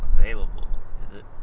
available is it?